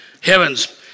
Heavens